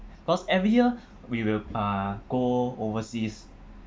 cause every year we will uh go overseas